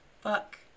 Fuck